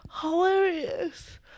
hilarious